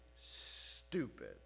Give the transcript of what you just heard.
stupid